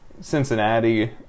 Cincinnati